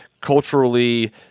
culturally